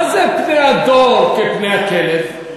מה זה "פני הדור כפני הכלב"?